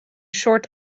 short